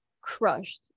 crushed